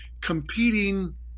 competing